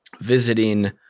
visiting